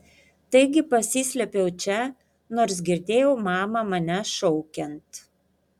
taigi pasislėpiau čia nors girdėjau mamą mane šaukiant